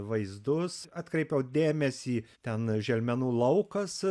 vaizdus atkreipiau dėmesį ten želmenų laukas